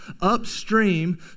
upstream